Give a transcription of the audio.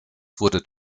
wurde